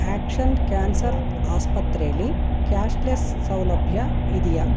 action cancer ಆಸ್ಪತ್ರೆಲಿ cashless ಸೌಲಭ್ಯ ಇದೆಯೇ